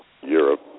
europe